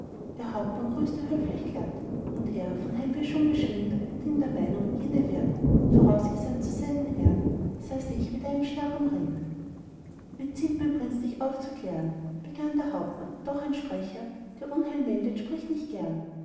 ihr hauptmann grüßte höflich glatt und er von heimweh schon beschwingt und in der meinung jene wären vorausgesandt zu seinen ehren sah sich mit einem schlag umringt mir ziemt mein prinz dich aufzuklären begann der hauptmann doch ein sprecher der unheil meldet spricht nicht gern